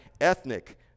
ethnic